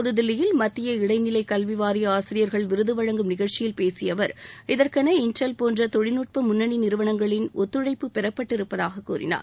புதுதில்லியில் மத்திய இடைநிலை கல்வி வாரிய ஆசிரியர்கள் விருது வழங்கும் நிகழ்ச்சியில் பேசிய அவர் இதற்கென இன்டல் போன்ற தொழில்நுட்ப முன்னணி நிறுவனங்களின் ஒத்துழைப்பு பெறப்பட்டு இருப்பதாகக் கூறினார்